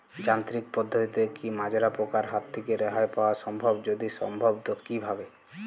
যান্ত্রিক পদ্ধতিতে কী মাজরা পোকার হাত থেকে রেহাই পাওয়া সম্ভব যদি সম্ভব তো কী ভাবে?